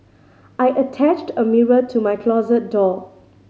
I attached a mirror to my closet door